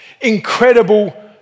incredible